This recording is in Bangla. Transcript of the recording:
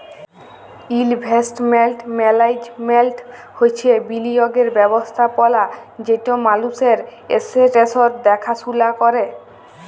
ইলভেস্টমেল্ট ম্যাল্যাজমেল্ট হছে বিলিয়গের ব্যবস্থাপলা যেট মালুসের এসেট্সের দ্যাখাশুলা ক্যরে